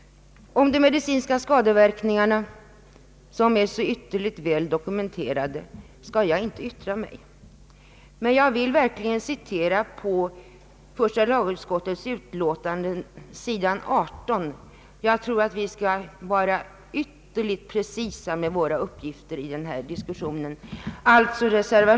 Om de medicinska skadeverkningarna som är så ytterligt väl dokumenterade skall jag inte yttra mig, men jag vill citera vad som sägs på s. 18 i första lagutskottets utlåtande. Jag tror att vi skall vara ytterligt precisa med våra uppgifter i denna diskussion.